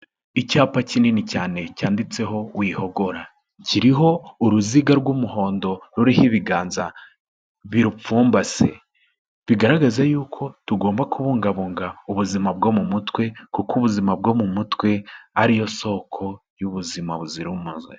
Icyapa kinini cyane cyanditseho wihogora, kiriho uruziga rw'umuhondo ruriho ibiganza birupfumbase, bigaragaza yuko tugomba kubungabunga ubuzima bwo mu mutwe, kuko ubuzima bwo mu mutwe ariyo soko y'ubuzima buzira umuze.